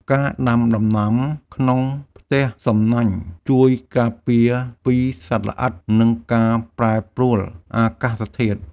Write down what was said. ការដាំដំណាំក្នុងផ្ទះសំណាញ់ ជួយការពារពីសត្វល្អិត និងការប្រែប្រួលអាកាសធាតុ។